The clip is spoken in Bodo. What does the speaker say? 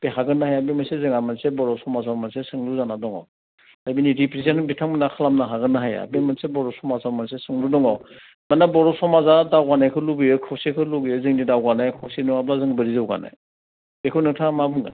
बे हागोन ना हाया बे मोनसे जोंहा मोनसे बर' समाजाव मोनसे सोंलु जाना दङ दा बिदि रिप्रेजेन्ट बिथांमोना खालामनो हागोन ना हाया बे मोनसे बर' समाजाव मोनसे सोंलु दङ दानिया बर' समाजा दावगानायखौ लुबैयो खौसेखौ लुबैयो जोंनि दावगानाय खौसे नङाब्ला जों बोरै जौगानो बेखौ नोंथाङा मा बुंनो